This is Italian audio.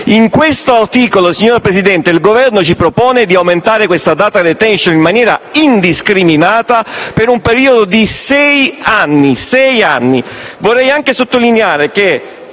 Nell'articolo 24, signora Presidente, il Governo ci propone di aumentare la *data retention* in maniera indiscriminata per un periodo di sei anni.